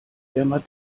elmar